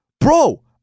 Bro